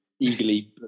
Eagerly